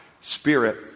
spirit